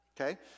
Okay